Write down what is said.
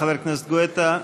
חבר הכנסת גואטה.